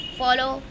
follow